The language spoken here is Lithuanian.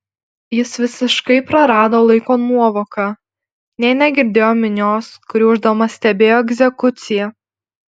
jis visiškai prarado laiko nuovoką nė negirdėjo minios kuri ūždama stebėjo egzekuciją